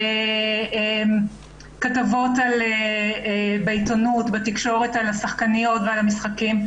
בכתבות בעיתונות, בתקשורת, על השחקניות והמשחקים.